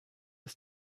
his